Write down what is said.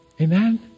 amen